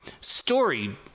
story